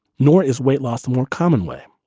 nor is weight loss more common way.